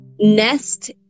nest